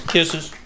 Kisses